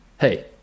Hey